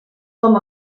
com